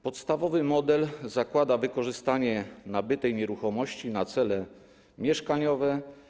Podstawowy model zakłada wykorzystanie nabytej nieruchomości na cele mieszkaniowe.